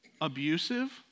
abusive